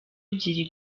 ebyiri